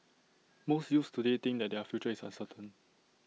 most youths today think that their future is uncertain